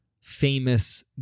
famous